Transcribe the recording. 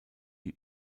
die